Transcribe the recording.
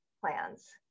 plans